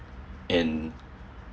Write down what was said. and